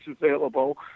available